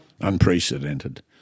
Unprecedented